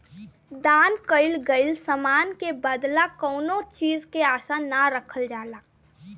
दान कईल गईल समान के बदला कौनो चीज के आसा ना कईल जाला